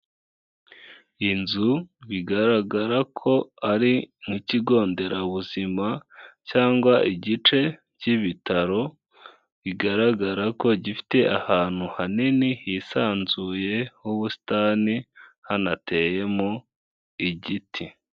Inzu bigaragara ko ari nk'ikigo nderabuzima cyangwa igice k'ibitaro bigaragara ko gifite ahantu hanini hisanzuye h'ubusitani hanateyemo igiti.